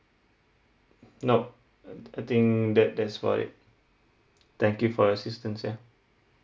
nop I think that that's about it thank you for your assistance ya